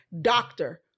doctor